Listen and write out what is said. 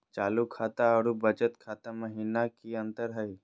चालू खाता अरू बचत खाता महिना की अंतर हई?